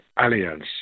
alliance